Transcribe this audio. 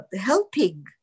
helping